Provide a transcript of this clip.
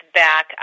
back